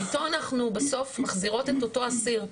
שאיתו אנחנו בסוף מחזירות את אותו אסיר,